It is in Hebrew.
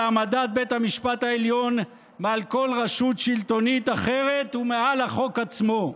על העמדת בית המשפט העליון מעל כל רשות שלטונית אחרת ומעל החוק עצמו.